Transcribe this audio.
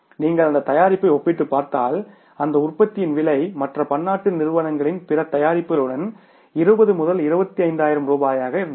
நீங்கள் அந்த தயாரிப்பை ஒப்பிட்டுப் பார்த்தால் அந்த உற்பத்தியின் விலை மற்ற பன்னாட்டு நிறுவனங்களின் பிற தயாரிப்புகளுடன் 20 25000 ரூபாயாக இருந்தது